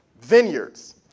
vineyards